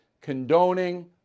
condoning